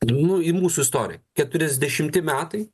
nu į mūsų istoriją keturiasdešimi metai